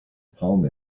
palm